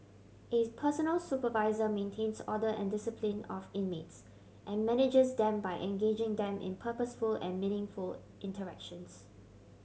a personal supervisor maintains order and discipline of inmates and manages them by engaging them in purposeful and meaningful interactions